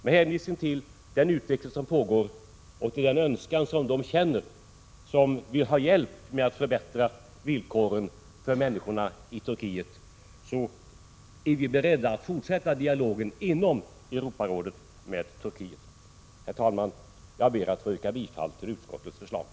Med hänvisning till den utveckling som pågår och till den önskan som de som vill ha hjälp med att förbättra villkoren för människorna i Turkiet hyser, är vi beredda att fortsätta dialogen inom Europarådet med Turkiet. Herr talman! Jag ber att få yrka bifall till utskottets hemställan.